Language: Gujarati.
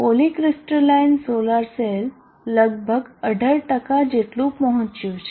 પોલિક્રિસ્ટલાઇન સોલાર સેલ લગભગ 18 જેટલું પહોંચ્યુ છે